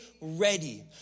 ready